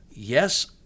Yes